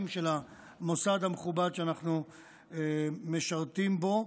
של המוסד המכובד שאנחנו משרתים בו.